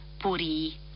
puri